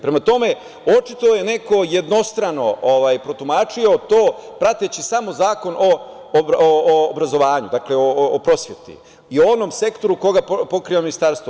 Prema tome, očito je neko jednostrano protumačio to prateći samo Zakon o obrazovanju, dakle o prosveti i o onom sektoru koji pokriva ministarstvo.